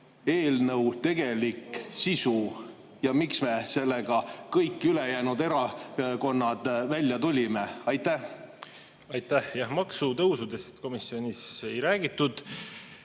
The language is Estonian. eelnõu tegelik sisu ja miks me sellega kõik ülejäänud erakonnad välja tulime. Aitäh! Maksutõusudest komisjonis ei räägitud.